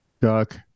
duck